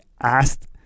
asked